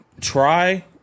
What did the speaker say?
Try